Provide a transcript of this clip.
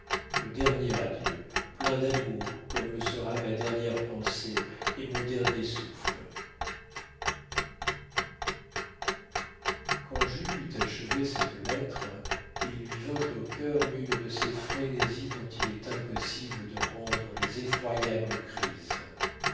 le dernier adieu plein d'amour comme le sera ma dernière pensée et mon dernier souffle quand jules eut achevé cette lettre il lui vint au cœur une de ces frénésies dont il est impossible de rendre les effroyables crises